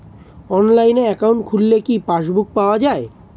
অনলাইনে একাউন্ট খুললে কি পাসবুক পাওয়া যায়?